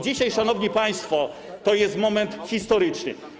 Dzisiaj, szanowni państwo, jest moment historyczny.